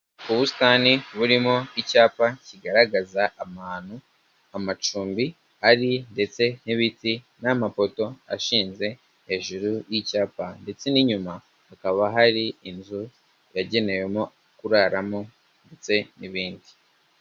Ubusitani burimo icyapa kigaragaza ahantu amacumbi ari ndetse n'ibiti n'amafoto ashinze hejuru y'icyapa ndetse n'inyuma hakaba hari inzu yagenewemo kuraramo ndetse n'ibindi.